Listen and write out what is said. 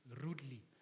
rudely